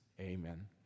Amen